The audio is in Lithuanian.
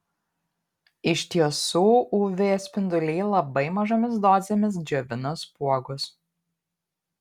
iš tiesų uv spinduliai labai mažomis dozėmis džiovina spuogus